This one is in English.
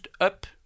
up